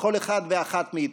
לכל אחד ואחת מאיתנו.